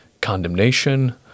condemnation